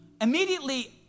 immediately